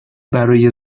برای